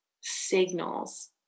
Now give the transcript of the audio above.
signals